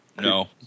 No